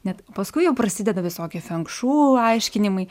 net paskui jau prasideda visokie fenkšu aiškinimai